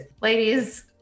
Ladies